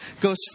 goes